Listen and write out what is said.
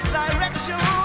direction